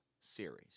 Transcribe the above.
series